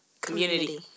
community